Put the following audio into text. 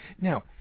Now